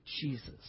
Jesus